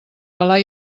the